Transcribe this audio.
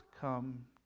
come